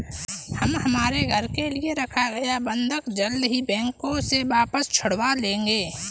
हम हमारे घर के लिए रखा गया बंधक जल्द ही बैंक से वापस छुड़वा लेंगे